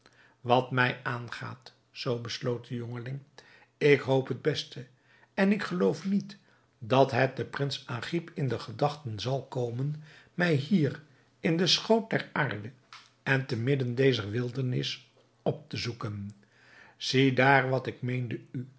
wat mij aangaat zoo besloot de jongeling ik hoop het beste en ik geloof niet dat het den prins agib in de gedachten zal komen mij hier in den schoot der aarde en te midden dezer wildernis op te zoeken ziedaar wat ik meende u